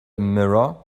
mirror